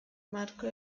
marco